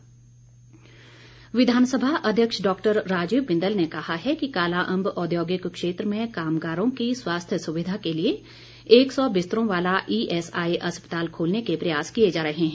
बिंदल विधानसभा अध्यक्ष डॉक्टर राजीव बिंदल ने कहा है कि कालाअंब औद्योगिक क्षेत्र में कामगारों की स्वास्थ्य सुविधा के लिए एक सौ बिस्तरों वाला ईएसआई अस्पताल खोलने के प्रयास किए जा रहे हैं